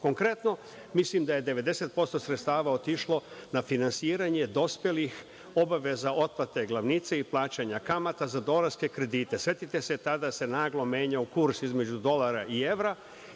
troši. Konkretno, mislim da je 90% sredstava otišlo na finansiranje dospelih obaveza otplate glavnice i plaćanja kamata za dolarske kredite. Setite se tada se naglo menjao kurs između dolara i evra